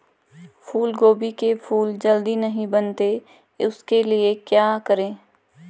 फूलगोभी के फूल जल्दी नहीं बनते उसके लिए क्या करें?